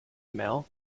male